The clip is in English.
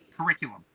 curriculum